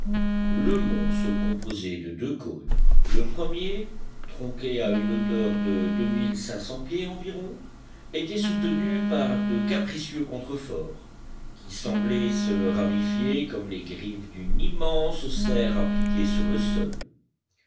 le mont se composait de deux cônes le premier tronqué à une hauteur de deux mille cinq cents pieds environ était soutenu par de capricieux contreforts qui semblaient se ramifier comme les griffes d'une immense serre appliquée sur le sol